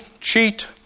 cheat